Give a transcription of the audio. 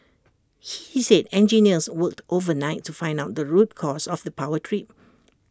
he said engineers worked overnight to find out the root cause of the power trip